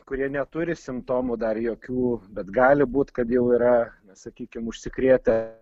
kurie neturi simptomų dar jokių bet gali būt kad jau yra na sakykim užsikrėtę